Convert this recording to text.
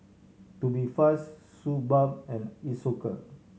Tubifast Suu Balm and Isocal